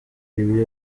ibi